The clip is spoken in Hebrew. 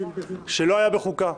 שלא היה בחוקה.